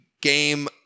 game